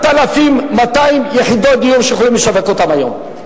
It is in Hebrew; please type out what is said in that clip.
9,200 יחידות דיור שיכולים לשווק אותן היום.